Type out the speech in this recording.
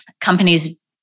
companies